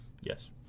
yes